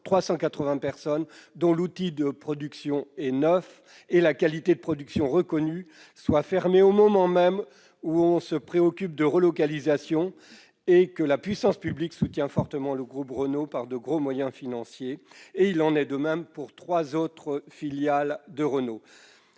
380 personnes, dont l'outil de production est neuf et la qualité de production reconnue, ferme au moment même où l'on se soucie de relocalisation et où la puissance publique soutient fortement le groupe Renault par l'apport de gros moyens financiers. Il en est de même pour trois autres filiales de Renault.